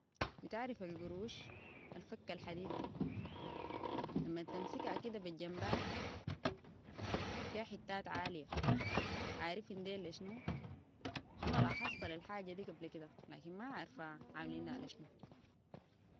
بتعرف القروش الفكه الحديد دي لما تتمسكها كده بالجنبات فيها حتات عالية عارفين دي لي شنو؟ انا لاحظتها لي للحاجة دي قبل كده لكن ما عارفه عاملينها لشنو